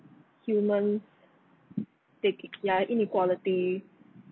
human tak~ ya inequality